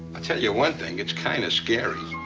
i tell you one thing, it's kind of scary.